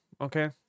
okay